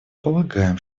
полагаем